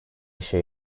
işe